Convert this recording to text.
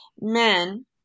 men